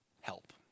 help